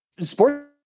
sports